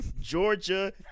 Georgia